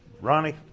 Ronnie